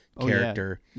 character